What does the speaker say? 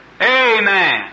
Amen